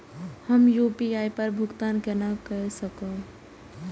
हम यू.पी.आई पर भुगतान केना कई सकब?